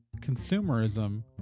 consumerism